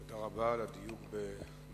תודה רבה על הדיוק בזמנים.